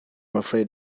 afraid